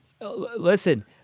listen